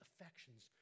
affections